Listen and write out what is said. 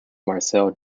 marcel